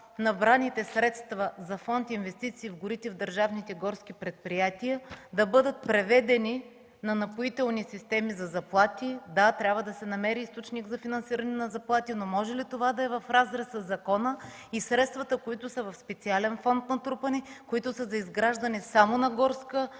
набраните средства за Фонд „Инвестиции в горите” в държавните горски предприятия да бъдат преведени на „Напоителни системи” за заплати. Да, трябва да се намери източник за финансиране на заплати, но може ли това да е в разрез със закона и средствата, които са натрупани в специален фонд, които са изграждане само на горска